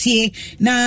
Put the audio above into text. Now